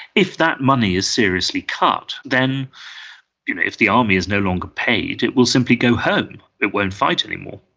if that money is seriously cut, then you know if the army is no longer paid it will simply go home, it won't fight anymore.